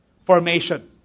formation